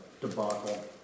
debacle